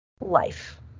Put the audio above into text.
life